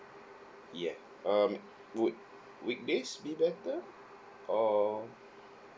yeah um would weekdays be better or